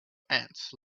ants